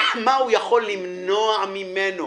מה הוא יכול למנוע ממנו